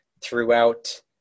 throughout